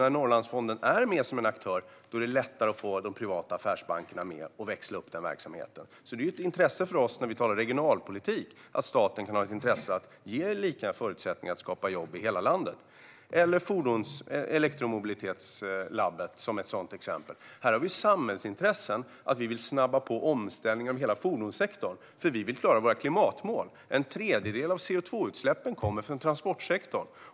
När Norrlandsfonden är med som aktör är det lättare att få med de privata affärsbankerna och växla upp verksamheten. När vi talar regionalpolitik kan staten ha intresse av att ge liknande förutsättningar att skapa jobb i hela landet. Ett annat exempel är elektromobilitetslabbet. Här har vi ett samhällsintresse av att snabba på omställningen av hela fordonssektorn, eftersom vi vill klara klimatmålen. En tredjedel av CO2-utsläppen kommer från transportsektorn.